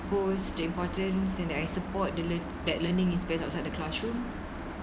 boast the importance and that I support that learning is best outside the classroom